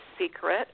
secret